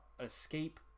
escape